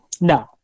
No